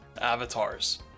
avatars